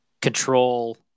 control